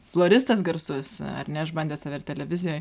floristas garsus ar ne išbandęs save ir televizijoj